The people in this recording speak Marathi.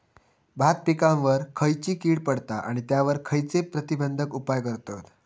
भात पिकांवर खैयची कीड पडता आणि त्यावर खैयचे प्रतिबंधक उपाय करतत?